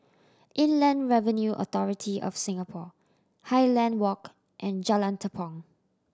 Inland Revenue Authority of Singapore Highland Walk and Jalan Tepong